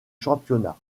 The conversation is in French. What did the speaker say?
championnat